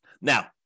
Now